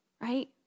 right